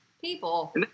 People